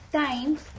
times